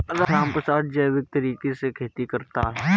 रामप्रसाद जैविक तरीके से खेती करता है